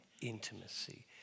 intimacy